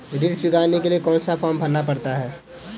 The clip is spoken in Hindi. ऋण चुकाने के लिए कौन सा फॉर्म भरना पड़ता है?